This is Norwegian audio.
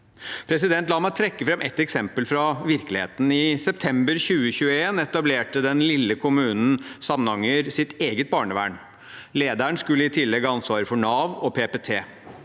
dette. La meg trekke fram et eksempel fra virkeligheten. I september 2021 etablerte den lille kommunen Samnanger sitt eget barnevern. Lederen skulle i tillegg ha ansvaret for Nav og PPT.